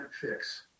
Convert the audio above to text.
fix